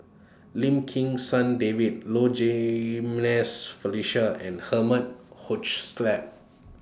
Lim Kim San David Low Jimenez Felicia and Herman Hochstadt